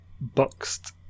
boxed